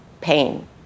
pain